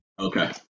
Okay